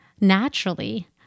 naturally